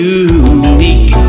unique